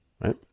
right